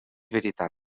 veritat